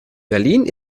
berlin